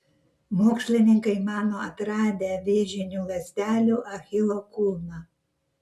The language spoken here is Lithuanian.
mokslininkai mano atradę vėžinių ląstelių achilo kulną